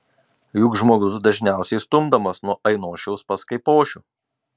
juk žmogus dažniausiai stumdomas nuo ainošiaus pas kaipošių